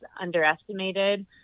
underestimated